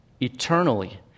Eternally